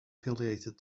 affiliated